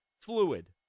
fluid